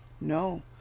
No